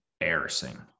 embarrassing